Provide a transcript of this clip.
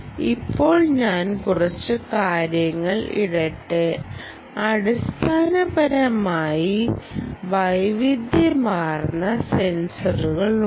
ഇപ്പോൾ ഞാൻ കുറച്ച് കാര്യങ്ങൾ ഇടട്ടെ അടിസ്ഥാനപരമായി വൈവിധ്യമാർന്ന സെൻസറുകളുണ്ട്